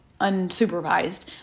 unsupervised